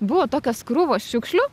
buvo tokios krūvos šiukšlių